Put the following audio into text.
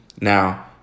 Now